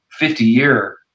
50-year